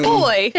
boy